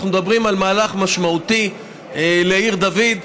אנחנו מדברים על מהלך משמעותי לעיר דוד,